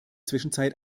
zwischenzeit